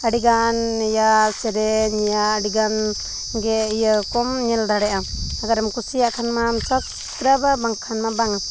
ᱟᱹᱰᱤᱜᱟᱱ ᱤᱭᱟ ᱥᱮᱨᱮᱧ ᱤᱭᱟ ᱟᱹᱰᱤᱜᱟᱱ ᱜᱮ ᱤᱭᱟᱹ ᱠᱚᱢ ᱧᱮᱞ ᱫᱟᱲᱮᱜ ᱟᱢ ᱚᱠᱟᱨᱮᱢ ᱠᱩᱥᱤᱭᱟᱜ ᱠᱷᱟᱱ ᱢᱟᱢ ᱥᱟᱵᱥᱠᱨᱟᱭᱤᱵᱟ ᱵᱟᱝᱠᱷᱟᱱ ᱢᱟ ᱵᱟᱝᱟ